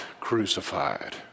crucified